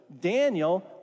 Daniel